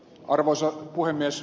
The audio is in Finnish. arvoisa puhemies